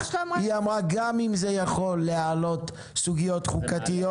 היא אמרה: "גם אם זה יכול להעלות סוגיות חוקתיות